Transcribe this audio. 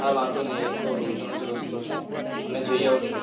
હા વાંધો નહીં એ તો રોજનો જ રસ્તો છે અમે જઈ આવીશું